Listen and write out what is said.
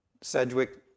Sedgwick